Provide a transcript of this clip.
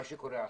מה שקורה עכשיו,